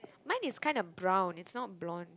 mine is kinda brown is not blonde